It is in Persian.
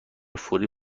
فوری